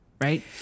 right